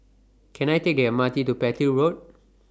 Can I Take The M R T to Petir Road